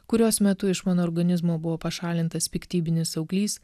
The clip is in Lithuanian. kurios metu iš mano organizmo buvo pašalintas piktybinis auglys